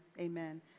amen